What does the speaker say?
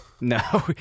No